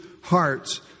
hearts